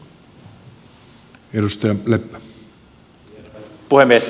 arvoisa puhemies